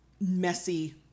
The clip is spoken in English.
messy